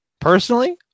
personally